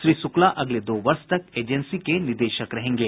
श्री शुक्ला अगले दो वर्ष तक एजेंसी के निदेशक रहेंगे